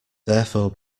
therefore